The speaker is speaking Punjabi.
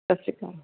ਸਤਿ ਸ਼੍ਰੀ ਅਕਾਲ